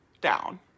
down